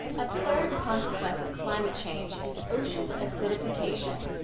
a third consequence of climate change is ocean acidification.